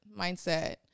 mindset